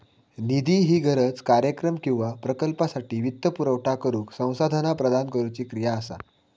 निधी ही गरज, कार्यक्रम किंवा प्रकल्पासाठी वित्तपुरवठा करुक संसाधना प्रदान करुची क्रिया असा